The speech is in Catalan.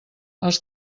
els